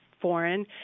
foreign